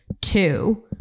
two